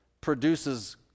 produces